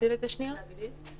איתם יותר ויש